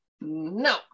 no